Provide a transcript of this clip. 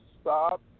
stop